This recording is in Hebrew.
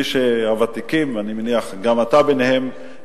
גם אתה בין הוותיקים,